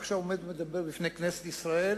ועכשיו עומד ומדבר בפני כנסת ישראל.